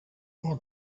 for